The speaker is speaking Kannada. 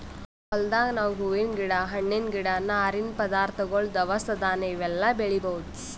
ಹೊಲ್ದಾಗ್ ನಾವ್ ಹೂವಿನ್ ಗಿಡ ಹಣ್ಣಿನ್ ಗಿಡ ನಾರಿನ್ ಪದಾರ್ಥಗೊಳ್ ದವಸ ಧಾನ್ಯ ಇವೆಲ್ಲಾ ಬೆಳಿಬಹುದ್